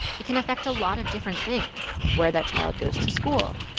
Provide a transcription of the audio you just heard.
it can affect a lot of different things where that child goes to school,